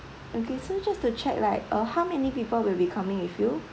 okay so just to check like uh how many people will be coming with you